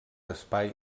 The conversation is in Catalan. espai